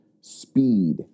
speed